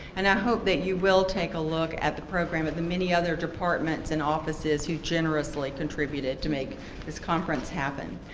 and i hope that you will take a look at the program at the many other departments and offices who generously contributed to make this conference happen.